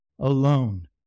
alone